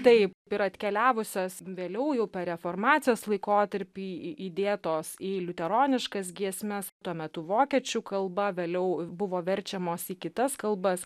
taip ir atkeliavusias vėliau jau per reformacijos laikotarpį įdėtos į liuteroniškas giesmes tuo metu vokiečių kalba vėliau buvo verčiamos į kitas kalbas